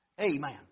Amen